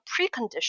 precondition